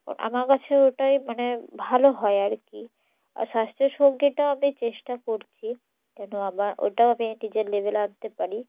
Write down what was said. আমার কাছে ওটাই মানে ভালো হয় আর কি আর স্বাস্থ্যের সংগীতটাও আমি চেষ্টা করছি কেন আমার ওটাও আমি নিজের লেভেলে আনতে পারি